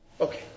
Okay